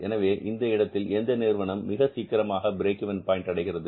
எனவே இந்த இடத்தில் எந்த நிறுவனம் மிக சீக்கிரமாக பிரேக் இவென் பாயின்ட் அடைகிறது